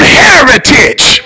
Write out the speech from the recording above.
heritage